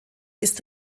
ist